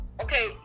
Okay